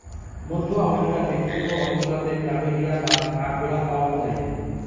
মধ্য আমেরিকার মেক্সিকো অঞ্চলাতে প্ল্যামেরিয়া বা কাঠগোলাপ পায়ং যাই